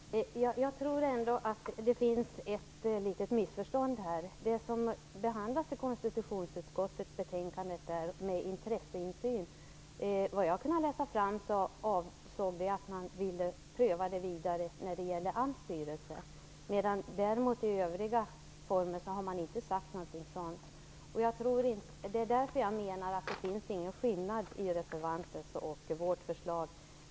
Herr talman! Jag tror ändå att det finns ett litet missförstånd här. Det som behandlas i konstitutionsutskottets betänkande när det gäller detta med intresseinsyn avser, såvitt jag kunnat utläsa, att man velat pröva det vidare när det gäller AMS styrelse. När det gäller övriga former har man däremot inte sagt något sådant. Därför menar jag att det inte finns någon skillnad mellan reservanternas och vårt förslag.